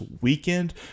weekend